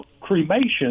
cremation